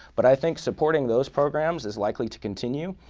but i think supporting those programs is likely to continue.